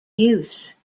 use